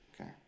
Okay